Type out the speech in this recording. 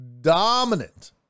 dominant